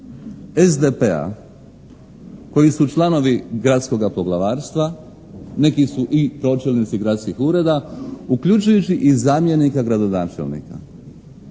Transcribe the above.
SDP-a, koji su članovi Gradskoga poglavarstva, neki su i pročelnici gradskih ureda, uključujući i zamjenika gradonačelnika.